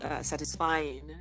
satisfying